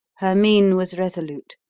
her mien was resolute.